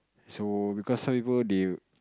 so because some people they